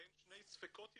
בין שני ספקות יהודים,